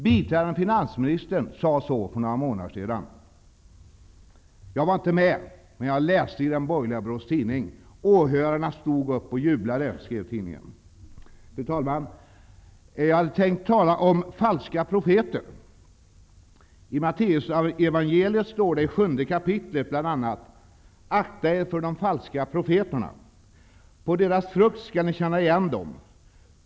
Jag var inte med vid mötet, men jag läste i den borgerliga Borås Tidning: ''Åhörarna stod upp och jublade.'' Fru talman! Jag hade tänkt tala om falska profeter. ''Akta er för de falska profeterna. -- På deras frukt skall ni känna igen dem.